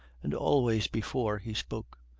and always before he spoke.